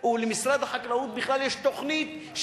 שלמשרד החקלאות בכלל יש תוכנית,